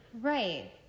Right